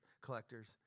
collectors